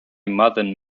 modern